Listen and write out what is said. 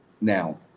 now